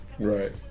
Right